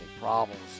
problems